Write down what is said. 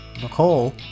Nicole